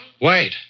Wait